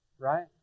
Right